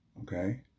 Okay